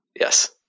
Yes